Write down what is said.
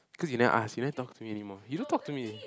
cause you never ask you never talk to me anymore you don't talk to me